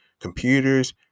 computers